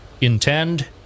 intend